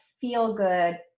feel-good